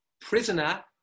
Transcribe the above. prisoner